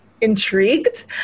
intrigued